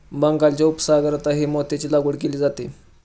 बंगालच्या उपसागरातही मोत्यांची लागवड केली जाते